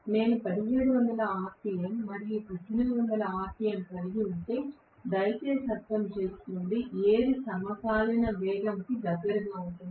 నేను 1760 ఆర్పిఎమ్ మరియు 1800 ఆర్పిఎమ్ కలిగి ఉంటే దయచేసి అర్థం చేసుకోండి ఏది సమకాలీన వేగం కిదగ్గరగా ఉంటుంది